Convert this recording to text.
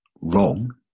wrong